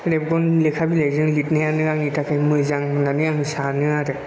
रेबगन लेखा बिलाइजों लिरनायानो आंनि थाखाय मोजां होन्नानै आङो सानो आरो